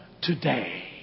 today